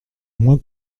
moins